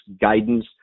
guidance